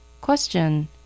Question